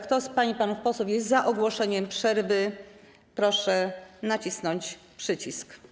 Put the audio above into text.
Kto z pań i panów posłów jest za ogłoszeniem przerwy, proszę nacisnąć przycisk.